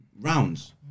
rounds